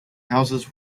houses